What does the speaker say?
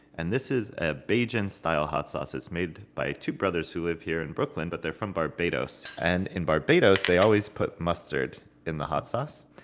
and this is a bajan-style hot hot sauce that's made by two brothers who live here in brooklyn, but they're from barbados. and in barbados they always put mustard in the hot sauce.